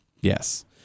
Yes